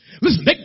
Listen